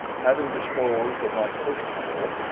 having disposed of my first foe,